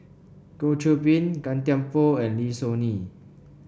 Goh Qiu Bin Gan Thiam Poh and Lim Soo Ngee